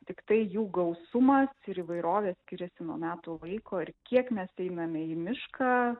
tiktai jų gausumas ir įvairovė skiriasi nuo metų laiko ir kiek mes einame į mišką